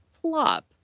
plop